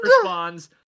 responds